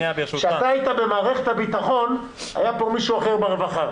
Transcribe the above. כשאתה היית במערכת הביטחון היה פה מישהו אחר ברווחה.